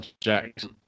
Jackson